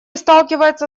сталкивается